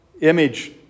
image